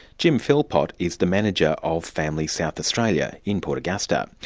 jim philpot is the manager of families south australia in port augusta.